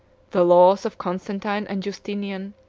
the laws of constantine and justinian,